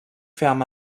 film